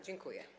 Dziękuję.